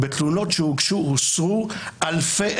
בתלונות שהוגשו הוסרו הוא התייחס לזה כדרך אגב אלפי,